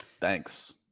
Thanks